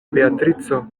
beatrico